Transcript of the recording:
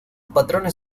patrones